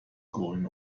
going